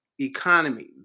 economy